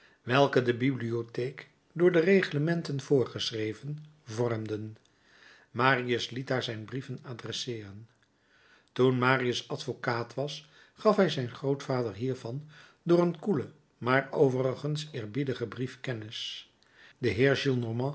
welke de bibliotheek door de reglementen voorgeschreven vormden marius liet daar zijn brieven adresseeren toen marius advocaat was gaf hij zijn grootvader hiervan door een koelen maar overigens eerbiedigen brief kennis de